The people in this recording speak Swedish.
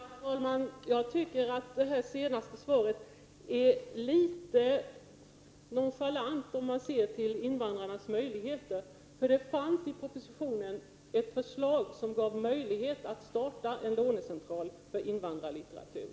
Herr talman! Jag tycker att det senaste svaret är litet nonchalant sett till invandrarnas möjligheter. Det finns nämligen i propositionen ett förslag som ger möjlighet att starta en lånecentral för invandrarlitteratur.